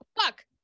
fuck